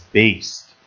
based